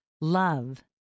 love